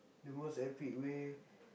the most epic way